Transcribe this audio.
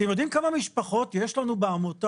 אתם יודעים כמה משפחות יש לנו בעמותה